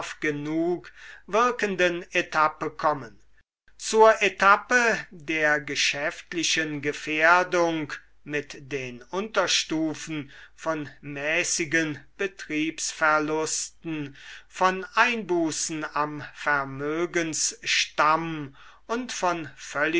genug wirkenden etappe kommen zur etappe der geschäftlichen gefährdung mit den unterstufen von mäßigen betriebsverlusten von einbußen am vermögensstamm und von